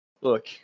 Look